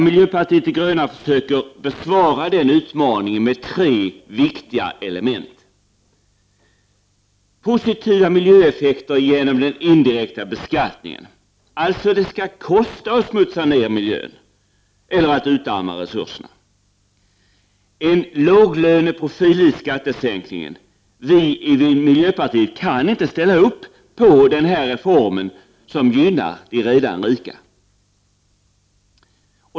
Miljöpartiet de gröna försöker besvara denna utmaning med tre viktiga element. Det första är positiva miljöeffekter genom den indirekta beskattningen. Det skall alltså kosta att smutsa ner miljön eller att utarma resurserna. Det andra är en låglöneprofil i skattesänkningen. Vi i miljöpartiet kan inte ställa upp på den här reformen som gynnar de redan rika.